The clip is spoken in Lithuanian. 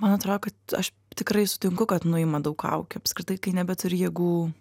man atrodo kad aš tikrai sutinku kad nuima daug kaukių apskritai kai nebeturi jėgų